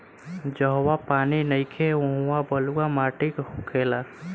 जहवा पानी नइखे उहा बलुई माटी होखेला